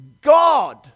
God